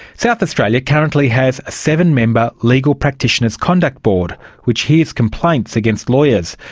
south australia currently has a seven-member legal practitioners conduct board which hears complaints against lawyers.